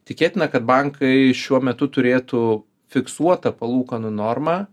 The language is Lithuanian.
tikėtina kad bankai šiuo metu turėtų fiksuotą palūkanų normą